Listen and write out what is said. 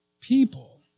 people